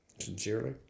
sincerely